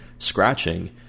Scratching